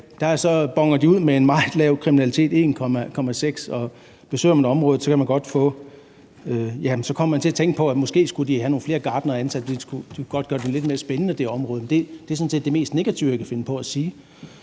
Her boner de ud med en meget lav kriminalitet – tallet er 1,6 – og besøger man området, kommer man til at tænke på, at de måske skulle have nogle flere gartnere ansat, for de kunne godt gøre det område lidt mere spændende. Men det er sådan set det mest negative, jeg kan finde på at sige.